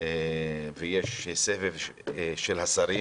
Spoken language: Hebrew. ויש סבב של השרים.